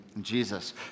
jesus